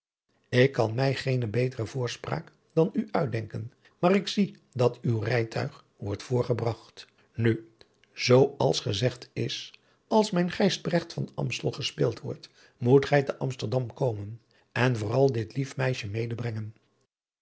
ik kan mij geene betere voorspraak dan u uitdenken maar ik zie dat uw rijtuig wordt voorgebragt nu zoo als gezegd is als mijn gijsbrecht van amstel gespeeld wordt moet gij te amsterdam komen en vooral dit lief meisje